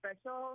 special